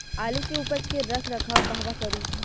आलू के उपज के रख रखाव कहवा करी?